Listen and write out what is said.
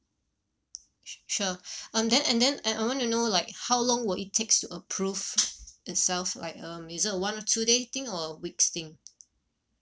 su~ sure um then and then and I want to know like how long will it takes to approve itself like um is it a one or two day thing or weeks thing